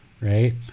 right